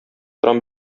торам